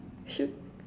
should